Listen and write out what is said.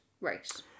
Right